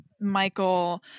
Michael